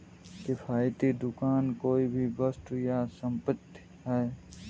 किफ़ायती दुकान कोई भी वस्तु या संपत्ति है